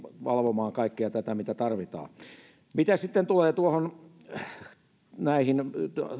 valvomaan kaikkea tätä mitä tarvitsee mitä sitten tulee näihin